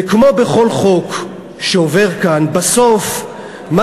וכמו בכל חוק שעובר כאן, בסוף מה